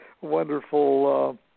wonderful